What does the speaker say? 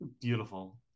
Beautiful